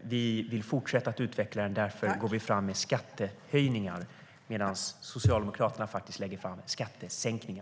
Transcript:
vi vill fortsätta utveckla den. Därför går vi fram skattehöjningar medan Socialdemokraterna lägger fram skattesänkningar.